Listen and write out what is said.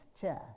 chair